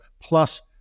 Plus